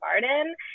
Garden